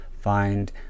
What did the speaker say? Find